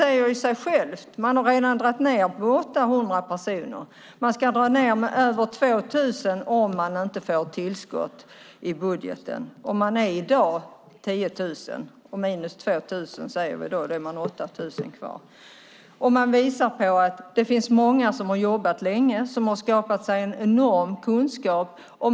Man har redan dragit ned med 800 personer och ska dra ned med över 2 000 om man inte får tillskott i budgeten. I dag är man 10 000; då blir det 8 000 kvar. Många har jobbat länge och skaffat sig en enorm kunskap.